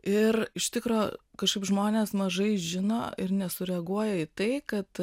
ir iš tikro kažkaip žmonės mažai žino ir nesureaguoja į tai kad